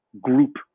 group